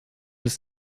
ist